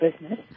business